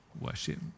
worship